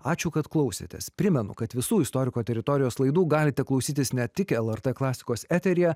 ačiū kad klausėtės primenu kad visų istoriko teritorijos laidų galite klausytis ne tik lrt klasikos eteryje